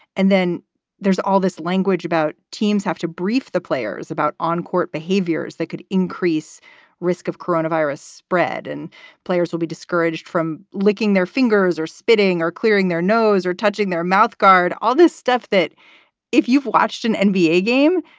and then there's all this language about teams have to brief the players about on court behaviors that could increase risk of coronavirus spread and players will be discouraged from licking their fingers or spitting or clearing their nose or touching their mouth guard. all this stuff that if you've watched an and nba game,